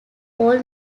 all